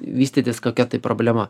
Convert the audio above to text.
vystytis kokia tai problema